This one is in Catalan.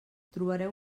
trobareu